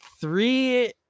three